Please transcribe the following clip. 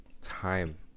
time